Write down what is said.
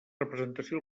representació